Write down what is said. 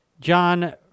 John